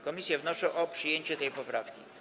Komisje wnoszą o przyjęcie tej poprawki.